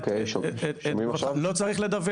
להכריח שלא ישלחו